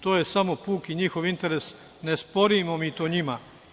Tu je smo puki njihov interes, ne sporimo mi to njima.